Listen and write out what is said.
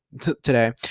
today